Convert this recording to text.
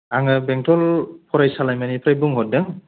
आङो बेंथल फरायसालिमानिफ्राय बुंहरदों